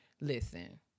Listen